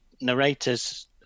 narrators